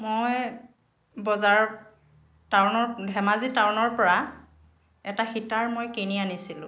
মই বজাৰত টাউনত ধেমাজি টাউনৰ পৰা এটা হিটাৰ মই কিনি আনিছিলোঁ